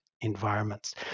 environments